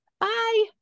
Bye